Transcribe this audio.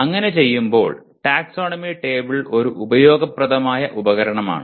അങ്ങനെ ചെയ്യുമ്പോൾ taxonomy table ഒരു ഉപയോഗപ്രദമായ ഉപകരണമാണ്